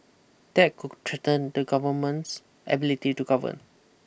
that cook threaten the government's ability to govern